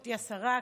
גברתי השרה,